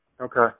okay